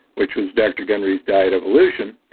which was doctor gundry's diet of illusion,